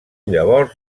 llavors